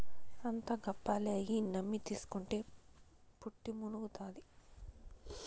అంతా గప్పాలే, అయ్యి నమ్మి తీస్కుంటే పుట్టి మునుగుతాది